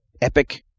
epic